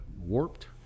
Warped